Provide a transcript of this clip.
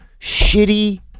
shitty